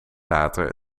later